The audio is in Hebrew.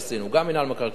גם מינהל מקרקעי ישראל,